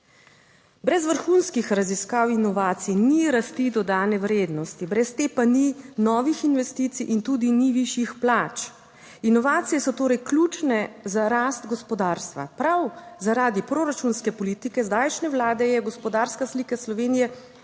Brez vrhunskih raziskav inovacij ni rasti dodane vrednosti, brez te pa ni novih investicij in tudi ni višjih plač. Inovacije so torej ključne za rast gospodarstva. Prav, zaradi proračunske politike zdajšnje vlade je gospodarska slika Slovenije bistveno